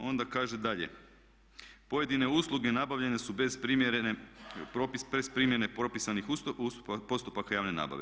Onda kaže dalje: "Pojedine usluge nabavljene su bez primjene propisanih postupaka javne nabave.